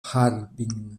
harding